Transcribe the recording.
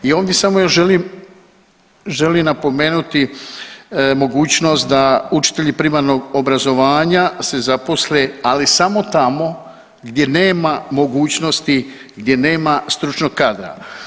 I ovdje samo još želim, želim napomenuti mogućnost da učitelji primarnog obrazovanja se zaposle, ali samo tamo gdje nema mogućnosti gdje nema stručnog kadra.